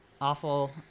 awful